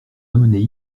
amenait